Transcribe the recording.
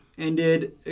ended